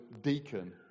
deacon